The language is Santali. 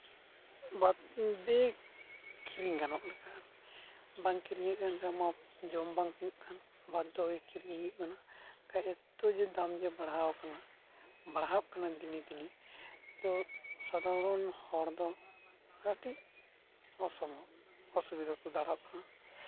ᱵᱟ ᱫᱤᱠ ᱟᱹᱠᱷᱨᱤᱧ ᱜᱟᱱᱚᱜ ᱞᱮᱠᱟ ᱟᱨᱠᱤ ᱵᱟᱝ ᱠᱤᱨᱤᱧ ᱦᱩᱭᱩᱜ ᱛᱟᱢᱟ ᱡᱚᱢ ᱵᱟᱝ ᱦᱩᱭᱩᱜ ᱛᱟᱢ ᱵᱟᱫᱽᱫᱷᱚ ᱦᱚᱭᱮ ᱠᱤᱨᱤᱧ ᱦᱩᱭᱩᱜ ᱛᱟᱢᱟ ᱮᱛᱚ ᱡᱮ ᱫᱟᱢ ᱡᱮ ᱵᱟᱲᱦᱟᱣ ᱠᱟᱱᱟ ᱵᱟᱲᱦᱟᱜ ᱠᱟᱱᱟ ᱫᱤᱱᱮᱼᱫᱤᱱᱮ ᱛᱳ ᱥᱟᱫᱷᱟᱨᱚᱱ ᱦᱚᱲ ᱫᱚ ᱠᱟᱹᱴᱤᱡ ᱚᱥᱩᱵᱤᱫᱷᱟ ᱠᱚ